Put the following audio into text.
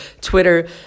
Twitter